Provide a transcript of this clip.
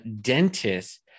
dentist